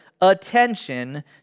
attention